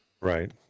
Right